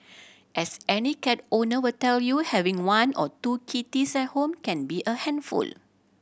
as any cat owner will tell you having one or two kitties at home can be a handful